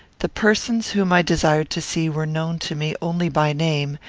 the persons whom i desired to see were known to me only by name,